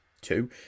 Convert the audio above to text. Two